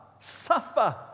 Suffer